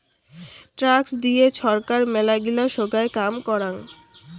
tax দিয়ে ছরকার মেলাগিলা সোগায় কাম করাং